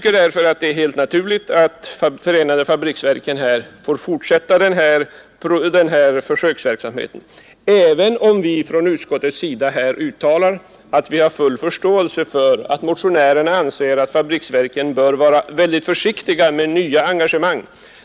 Vi tycker att det är helt naturligt att förenade fabriksverken får fortsätta försöksverksamheten, även om vi från utskottets sida uttalar att vi har full förståelse för att motionärerna anser att fabriksverken bör vara mycket försiktiga med nya engagemang.